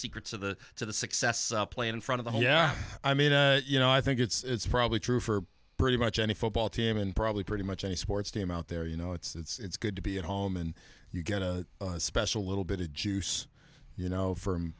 secrets of the to the success of playing in front of the yeah i mean you know i think it's probably true for pretty much any football team and probably pretty much any sports team out there you know it's good to be at home and you get a special little bit of juice you know from